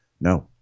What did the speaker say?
no